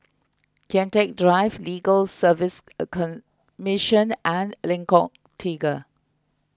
Kian Teck Drive Legal Service A Commission and Lengkok Tiga